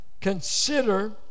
consider